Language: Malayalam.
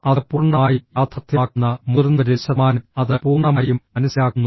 അത് പൂർണ്ണമായും യാഥാർത്ഥ്യമാക്കുന്ന മുതിർന്നവരിൽ ശതമാനം അത് പൂർണ്ണമായും മനസ്സിലാക്കുന്നു